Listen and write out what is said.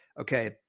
Okay